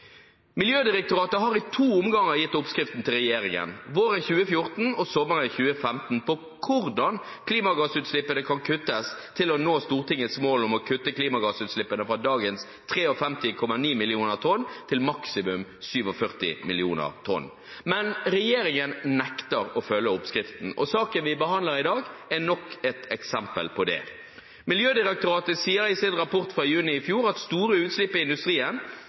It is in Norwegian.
Miljødirektoratet har i to omganger gitt oppskriften til regjeringen – våren 2014 og sommeren 2015 – på hvordan klimagassutslippene kan kuttes til å nå Stortingets mål om å kutte klimagassutslippene fra dagens 53,9 mill. tonn til maksimum 47 mill. tonn. Men regjeringen nekter å følge oppskriften, og saken vi behandler i dag, er nok et eksempel på det. Miljødirektoratet sier i sin rapport fra juni i fjor at blant store utslipp i industrien,